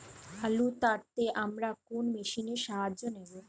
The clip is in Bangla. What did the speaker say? আলু তাড়তে আমরা কোন মেশিনের সাহায্য নেব?